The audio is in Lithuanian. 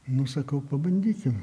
nu sakau pabandykim